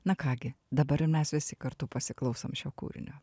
na ką gi dabar jau mes visi kartu pasiklausom šio kūrinio